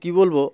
কী বলবো